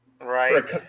right